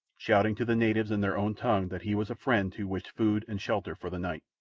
shouting to the natives in their own tongue that he was a friend who wished food and shelter for the night.